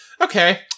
Okay